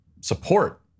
support